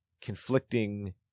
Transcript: conflicting